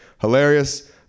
Hilarious